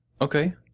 Okay